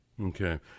Okay